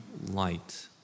light